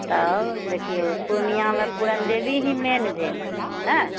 तऽ ओ देखिऔ पूर्णियामे पूरण देवी ही मेन भेल ने